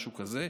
משהו כזה,